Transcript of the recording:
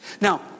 Now